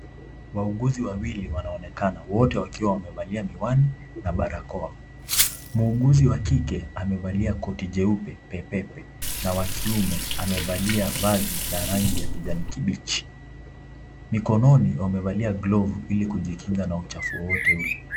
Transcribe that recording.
Wauuguzi wawili wanaonekana wote wakiwa wamevalia miwani na barakoa, muuguzi wakike wamevalia koti jeupe pepepe na wakiume amevalia vazi la rangi la kijani kibichi, mikononi wamevalia glovu ili kujikinga na uchafu wowote ule.